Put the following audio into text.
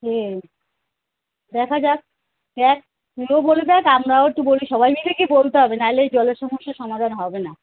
সেই দেখা যাক দেখ তুইও বলে দেখ আমরাও একটু বলি সবাই মিলে গিয়ে বলতে হবে নইলে এই জলের সমস্যা সমাধান হবে না